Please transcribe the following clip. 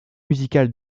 musical